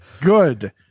good